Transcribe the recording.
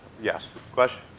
yes, question?